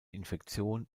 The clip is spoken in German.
infektion